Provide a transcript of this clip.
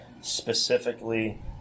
specifically